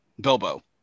Bilbo